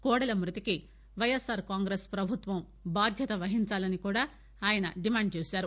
కోడెల మృతికి పైఎస్ఆర్ కాంగ్రెస్ ప్రభుత్వ బాధ్వత వహించాలని కూడా ఆయన డిమాండ్ చేశారు